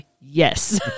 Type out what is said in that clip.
Yes